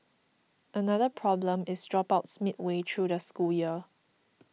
another problem is dropouts midway through the school year